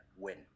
win